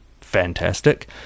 fantastic